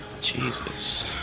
Jesus